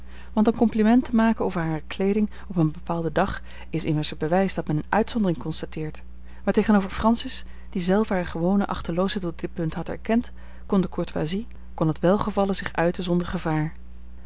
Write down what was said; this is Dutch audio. want een compliment te maken over hare kleeding op een bepaalden dag is immers het bewijs dat men eene uitzondering constateert maar tegenover francis die zelve hare gewone achteloosheid op dit punt had erkend kon de courtoisie kon het welgevallen zich uiten zonder gevaar